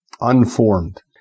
unformed